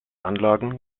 anlagen